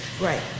Right